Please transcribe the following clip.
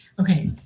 Okay